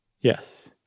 Yes